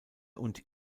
und